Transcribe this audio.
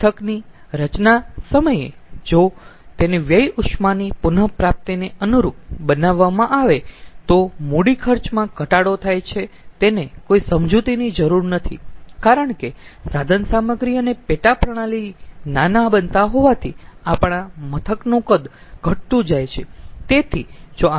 મથકની રચના સમયે જો તેને વ્યય ઉષ્માની પુન પ્રાપ્તિને અનુરૂપ બનાવવામાં આવે તો મુડી ખર્ચમાં ઘટાડો થાય છે તેને કોઈ સમજુતીની જરૂર નથી કારણ કે સાધનસામગ્રી અને પેટા પ્રણાલી નાના બનતા હોવાથી આપણા મથકનું કદ ઘટતું જાય છે